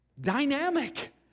dynamic